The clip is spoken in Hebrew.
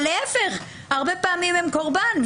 להפך, הרבה פעמים הם קורבן.